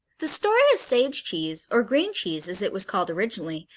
the story of sage cheese, or green cheese as it was called originally,